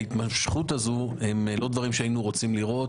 מההתמשכות הזאת שבאופן טבעי לא היינו רוצים לראות.